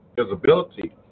visibility